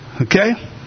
Okay